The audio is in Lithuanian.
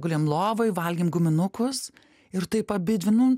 gulėjom lovoj valgėm guminukus ir taip abidvi nu